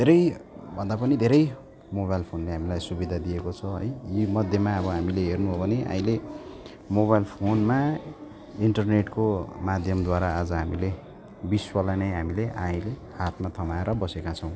धेरै भन्दा पनि धेरै मोबाइल फोनले हामीलाई सुविधा दिएको छ है यीमध्येमा अब हामीले हेर्नु हो भने अहिले मोबाइल फोनमा इन्टरनेटको माध्यमद्वारा आज हामीले विश्वलाई नै हामीले अहिले हातमा थमाएर बसेका छौँ